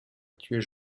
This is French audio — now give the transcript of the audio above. tuer